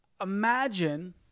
imagine